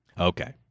Okay